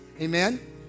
Amen